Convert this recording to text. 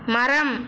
மரம்